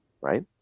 right